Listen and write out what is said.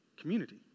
community